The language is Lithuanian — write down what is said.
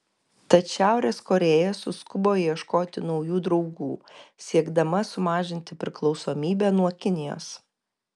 tad šiaurės korėja suskubo ieškoti naujų draugų siekdama sumažinti priklausomybę nuo kinijos